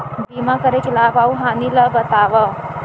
बीमा करे के लाभ अऊ हानि ला बतावव